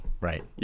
right